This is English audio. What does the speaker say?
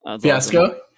Fiasco